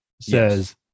says